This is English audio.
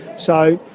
so,